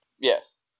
Yes